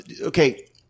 Okay